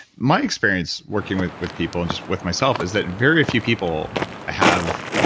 my experience working with with people and just with myself is that very few people have